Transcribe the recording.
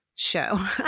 show